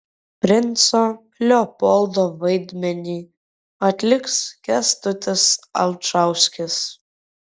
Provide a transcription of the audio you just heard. princo leopoldo vaidmenį atliks kęstutis alčauskis